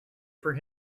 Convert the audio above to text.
for